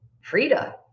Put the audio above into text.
Frida